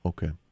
Okay